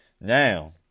now